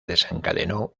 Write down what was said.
desencadenó